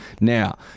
Now